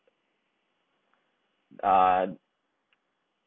uh